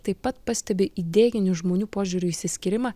taip pat pastebi idėjinių žmonių požiūrių išsiskyrimą